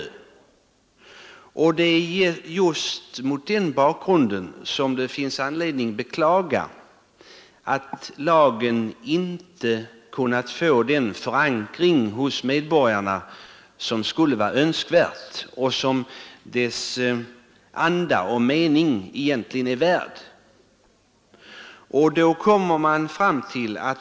Och det är just mot den bakgrunden som det finns anledning beklaga att lagen inte har fått den förankring hos medborgarna som den är värd, om man ser till dess anda och mening.